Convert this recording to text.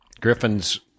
Griffin's